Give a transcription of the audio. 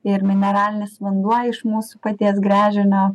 ir mineralinis vanduo iš mūsų paties gręžinio